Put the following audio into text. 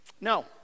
no